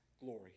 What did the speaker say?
glory